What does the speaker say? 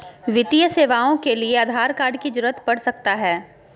वित्तीय सेवाओं के लिए आधार कार्ड की जरूरत पड़ सकता है?